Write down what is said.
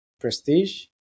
prestige